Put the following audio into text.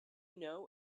know